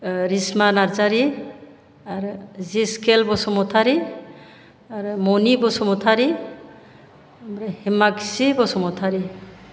रिसमा नार्जारि आरो जिस्केल बसुमतारि आरो मनि बसुमतारि ओमफ्राय हेमाख्सि बसुमतारि